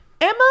Emma